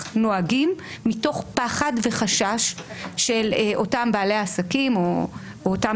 נוהגים מתוך פחד וחשש של אותם בעלי עסקים או אותם